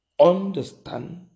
understand